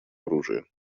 оружии